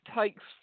takes